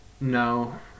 No